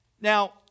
Now